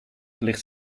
ligt